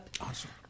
Awesome